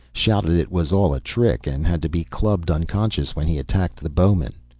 shouted it was all a trick, and had to be clubbed unconscious when he attacked the bowmen.